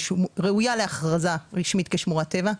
וראויה להכרזה רשמית כשמורת טבע.